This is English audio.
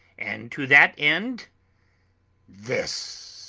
and to that end this